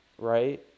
right